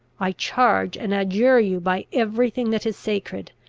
i charge and adjure you by every thing that is sacred,